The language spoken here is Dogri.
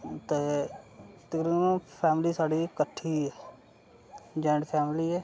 ते तिन्नो फैमिली साढ़ी कट्ठी ऐ जाइंट फैमिली ऐ